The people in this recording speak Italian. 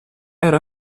era